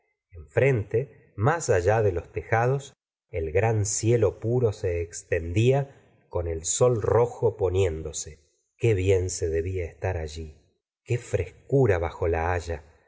en frente más allá de los tejados el gran cielo puro se extendía con el sol rojo poniéndose qué bien se debía estar allí qué gustavo flaubert frescura bajo la haya